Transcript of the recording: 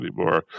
anymore